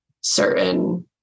certain